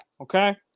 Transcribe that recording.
okay